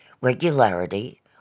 Regularity